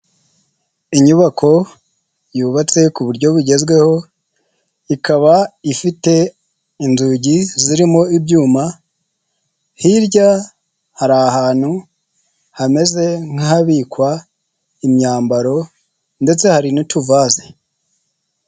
Inyubako yubatse ku buryo bugezweho, ikaba ifite inzugi zirimo ibyuma, hirya hari ahantu hameze nk'abikwa imyambaro ndetse hari n'utuvaze.